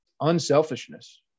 unselfishness